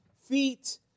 feet